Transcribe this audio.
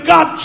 God